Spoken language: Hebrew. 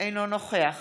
אינו נוכח